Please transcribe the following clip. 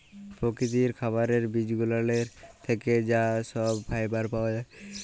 পরকিতির খাবারের বিজগুলানের থ্যাকে যা সহব ফাইবার পাওয়া জায়